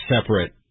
separate